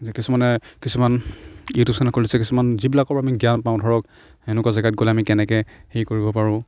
যে কিছুমানে কিছুমান ইউটিউব চেনেল খুলিছে কিছুমান যিবিলাকৰ আমি জ্ঞান পাওঁ ধৰক এনেকুৱা জেগাত গ'লে আমি কেনেকৈ হেৰি কৰিব পাৰোঁ